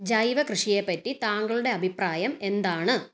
ജൈവ കൃഷിയെപ്പറ്റി താങ്കളുടെ അഭിപ്രായം എന്താണ്